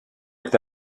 est